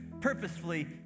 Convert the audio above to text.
purposefully